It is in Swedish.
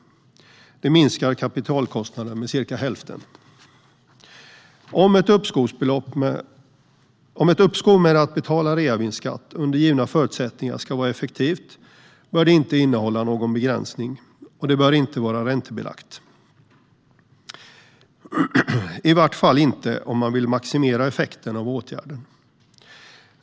Det minskar kapitalkostnaden med cirka hälften. Om ett uppskov med att betala reavinstskatt under givna förutsättningar ska vara effektivt bör det inte innehålla någon begränsning, och det bör inte vara räntebelagt, i vart fall inte om man vill maximera effekten av åtgärden.